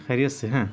خیریت سے ہیں